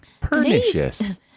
Pernicious